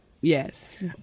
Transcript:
yes